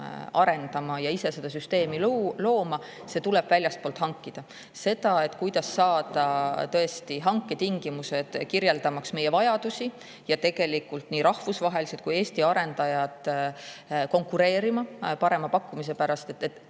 arendama ja ise seda süsteemi looma. See tuleb väljastpoolt hankida. See, kuidas saada tõesti hanketingimused, kirjeldamaks meie vajadusi, ja tegelikult nii rahvusvahelised kui ka Eesti arendajad konkureerima parema pakkumise pärast,